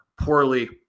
poorly